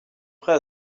prêt